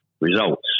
results